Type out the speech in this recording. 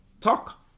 talk